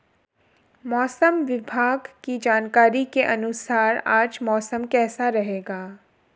मौसम विभाग की जानकारी के अनुसार आज मौसम कैसा रहेगा?